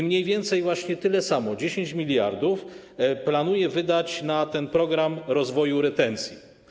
Mniej więcej właśnie tyle samo, 10 mld, planuje wydać na program rozwoju retencji.